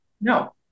No